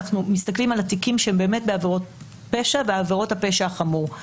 אנחנו מסתכלים על התיקים שהם בעבירות הפשע והפשע החמור.